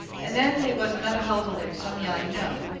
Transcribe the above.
and then they was another hullabaloo, some yelling no!